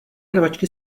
rvačky